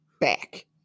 back